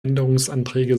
änderungsanträge